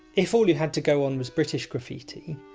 if all you had to go on was british graffiti,